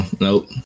Nope